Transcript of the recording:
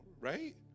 Right